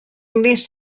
wnest